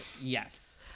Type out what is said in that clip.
Yes